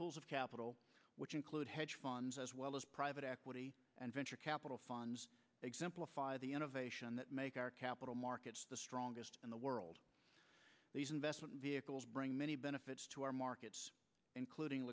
pools of capital which include hedge funds as well as private equity and venture capital funds exemplify the innovation that make our capital markets the strongest in the world these investment vehicles bring many benefits to our markets including